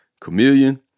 Chameleon